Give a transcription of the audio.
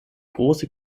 große